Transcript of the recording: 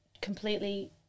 completely